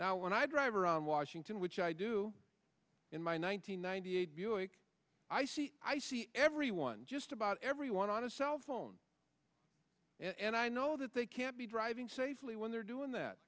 now when i drive around washington which i do in my nine hundred ninety eight buick i see i see everyone just about everyone on a cell phone and i know that they can't be driving safely when they're doing